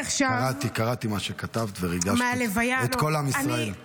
קראתי מה שכתבת וריגשת אותי, את כל עם ישראל.